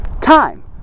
Time